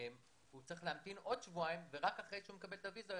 הוא צריך להמתין עוד שבועיים ורק אחרי שהוא מקבל את האשרה,